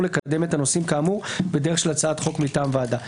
לקדם את הנושאים כאמור בדרך של הצעת חוק מטעם הוועדה.